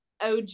og